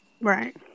Right